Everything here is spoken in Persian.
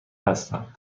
هستم